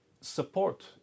support